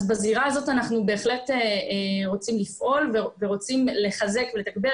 אז בזירה הזאת אנחנו בהחלט רוצים לפעול ורוצים לחזק ולתגבר.